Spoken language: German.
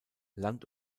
land